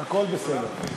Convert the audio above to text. הכול בסדר.